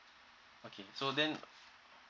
okay so then